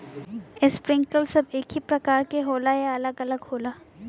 Sprinkler सब एकही प्रकार के होला या अलग अलग होला?